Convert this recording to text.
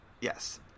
Yes